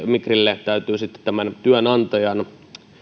migrille täytyy sitten tämän työnantajan